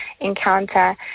encounter